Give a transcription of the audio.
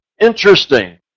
interesting